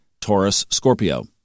Taurus-Scorpio